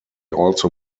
also